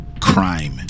crime